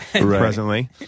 presently